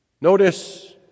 Notice